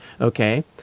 okay